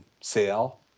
sale